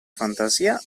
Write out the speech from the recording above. fantasia